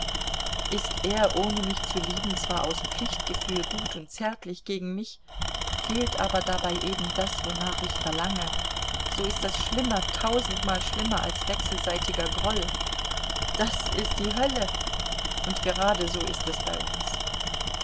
ist er ohne mich zu lieben zwar aus pflichtgefühl gut und zärtlich gegen mich fehlt aber dabei eben das wonach ich verlange so ist das schlimmer tausendmal schlimmer als wechselseitiger groll das ist die hölle und geradeso ist es bei uns